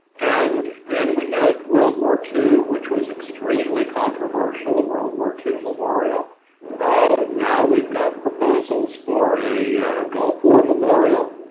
and then we had world war two, which was extremely controversial. the world war two memorial. but now we've got proposals for a gulf war memorial,